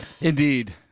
Indeed